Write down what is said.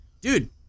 Dude